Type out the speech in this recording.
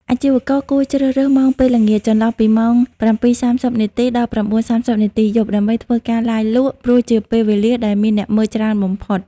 អាជីវករគួរជ្រើសរើស ម៉ោងពេលល្ងាច ចន្លោះពីម៉ោង ៧:៣០ នាទី ដល់ ៩:៣០ នាទី យប់ ដើម្បីធ្វើការ ឡាយលក់ ព្រោះជាពេលវេលាដែលមានអ្នកមើលច្រើនបំផុត។